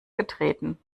getreten